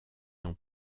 dans